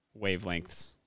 wavelengths